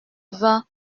vingts